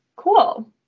Cool